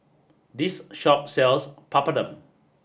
this shop sells Papadum